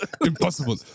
Impossible